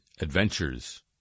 adventures